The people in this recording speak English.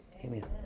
Amen